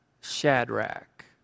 Shadrach